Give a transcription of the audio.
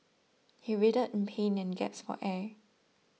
he writhed in pain and gasped for air